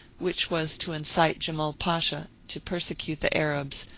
which was to incite jemal pasha to persecute the arabs,